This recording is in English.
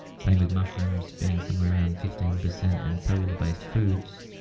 same with mushrooms being somewhere around fifteen percent, and cellular-based foods,